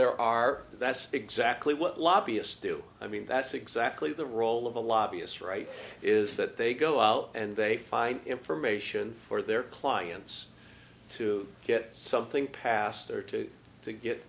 there are that's exactly what lobbyists do i mean that's exactly the role of a lobbyist right is that they go out and they find information for their clients to get something passed or to to get